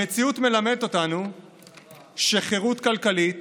המציאות מלמדת אותנו שחירות כלכלית